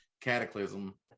cataclysm